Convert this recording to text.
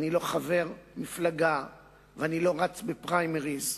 אני לא חבר מפלגה ואני לא רץ בפריימריס.